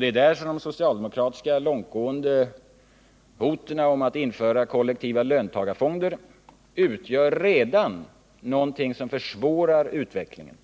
Det socialdemokratiska långtgående hotet om att införa kollektiva löntagarfonder försvårar redan utvecklingen.